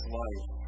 life